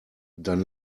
dann